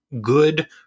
good